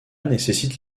nécessite